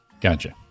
Gotcha